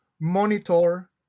monitor